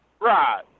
Right